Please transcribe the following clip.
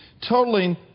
totaling